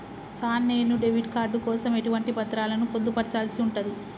Sir నేను debit card కోసం ఎటువంటి పత్రాలను పొందుపర్చాల్సి ఉంటది?